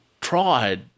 tried